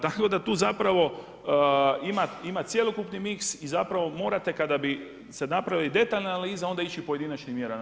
Tako da tu zapravo ima cjelokupni miks i zapravo morate kada bi se napravila detalja analiza, onda ići pojedinačnim mjerama.